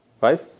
Five